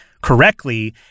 correctly